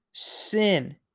Sin